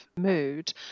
mood